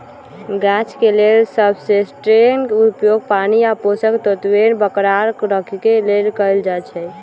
गाछ के लेल सबस्ट्रेट्सके उपयोग पानी आ पोषक तत्वोंके बरकरार रखेके लेल कएल जाइ छइ